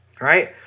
Right